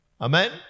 Amen